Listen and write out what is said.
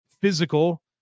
physical